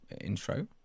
intro